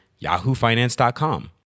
yahoofinance.com